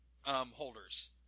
holders